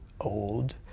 old